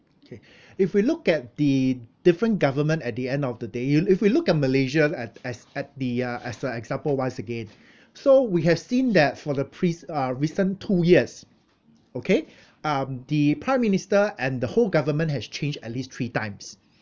okay if we look at the different government at the end of the day you if we look at malaysia at as at the uh as a example once again so we have seen that for the pres~ uh recent two years okay um the prime minister and the whole government has changed at least three times